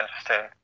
interesting